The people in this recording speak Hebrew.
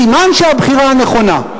סימן שהבחירה נכונה.